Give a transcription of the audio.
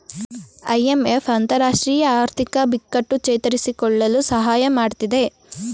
IMF ಅಂತರರಾಷ್ಟ್ರೀಯ ಆರ್ಥಿಕ ಬಿಕ್ಕಟ್ಟು ಚೇತರಿಸಿಕೊಳ್ಳಲು ಸಹಾಯ ಮಾಡತ್ತಿದೆ